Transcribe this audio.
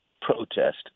protest